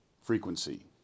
frequency